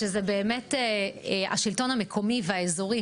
שזה באמת השלטון המקומי והאזורי